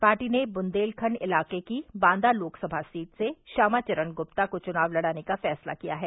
party ने बुन्देलखण्ड इलाके की बांदा लोकसभा सीट से श्यामाचरण गुप्ता को चुनाव लड़ाने का फैसला किया है